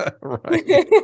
right